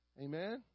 Amen